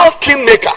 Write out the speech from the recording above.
kingmaker